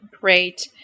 great